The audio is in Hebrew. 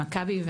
למכבי,